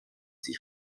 sich